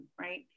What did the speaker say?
right